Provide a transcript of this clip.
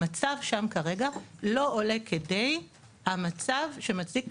המצב שם כרגע לא עולה כדי הגנה קבוצתית,